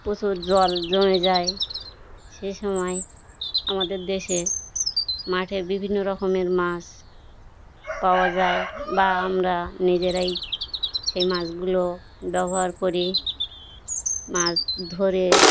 পশুর জল জমে যায় সেই সময় আমাদের দেশে মাঠে বিভিন্ন রকমের মাছ পাওয়া যায় বা আমরা নিজেরাই সেই মাছগুলো ব্যবহার করি মাছ ধরে